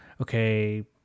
okay